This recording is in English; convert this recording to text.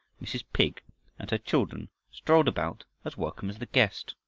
mrs. pig and her children strolled about as welcome as the guest.